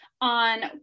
on